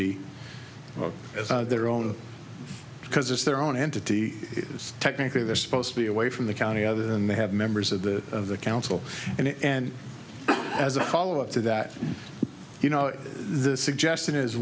be their own because it's their own entity technically they're supposed to be away from the county other than they have members of the of the council and and as a follow up to that you know the suggest